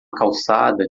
calçada